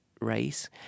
race